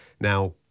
Now